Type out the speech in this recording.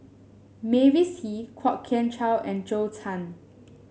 Mavis Hee Kwok Kian Chow and Zhou Can